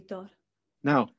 Now